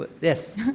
Yes